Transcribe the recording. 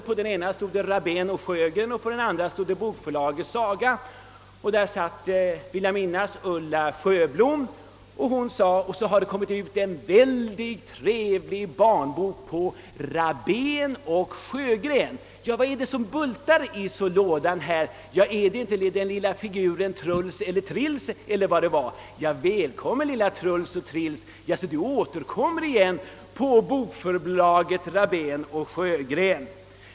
På den ena stod det »Rabén & Sjögren» och på den andra »Bokförlaget Saga». Där satt, vill jag minnas, Ulla Sjöblom och hon sade ungefär: Och så har det kommit ut en väldigt trevlig barnbok hos Rabén & Sjögren. Ja, vad är det som bultar i lådan här? Är det inte den lilla figuren Truls — eller Trils eller vad det nu var. Välkommen lilla Truls. Jaså du återkommer igen på bokförlaget Rabén & Sjögren?